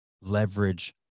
leverage